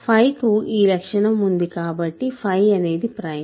5 కు ఈ లక్షణం ఉంది కాబట్టి 5 అనేది ప్రైమ్